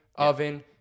oven